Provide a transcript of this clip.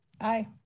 Aye